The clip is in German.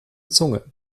zunge